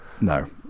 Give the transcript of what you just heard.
No